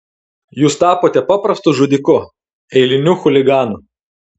jūs tapote paprastu žudiku eiliniu chuliganu